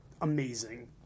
amazing